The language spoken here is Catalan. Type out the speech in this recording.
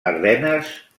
ardenes